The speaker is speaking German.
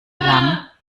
lang